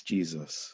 Jesus